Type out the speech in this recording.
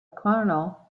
colonel